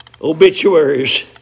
obituaries